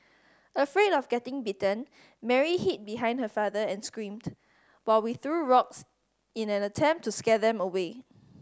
afraid of getting bitten Mary hid behind her father and screamed while we threw rocks in an attempt to scare them away